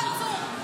מנסור?